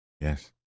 Yes